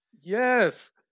Yes